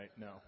no